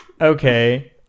Okay